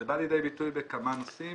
זה בא לידי ביטוי בכמה נושאים,